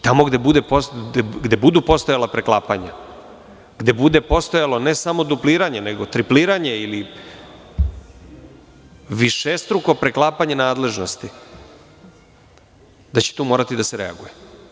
Tamo gde budu postojala preklapanja, gde bude postojalo ne samo dupliranje, nego tripliranje ili višestruko preklapanje nadležnosti, tu će morati da se reaguje.